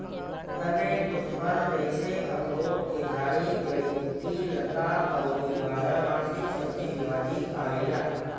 एमे कुछ फल जइसे अखरोट के झाड़ी, जड़ी बूटी, लता अउरी बारहमासी सब्जी भाजी आवेला